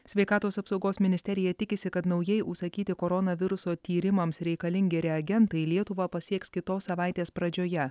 sveikatos apsaugos ministerija tikisi kad naujai užsakyti koronaviruso tyrimams reikalingi reagentai lietuvą pasieks kitos savaitės pradžioje